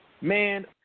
Man